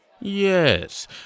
Yes